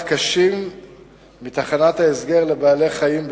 תחנת ההסגר הארצית לבעלי-חיים,